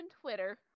twitter